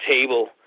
table